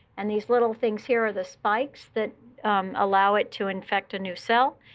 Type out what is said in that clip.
and these little things here are the spikes that allow it to infect a new cell.